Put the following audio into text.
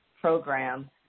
program